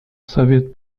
soviet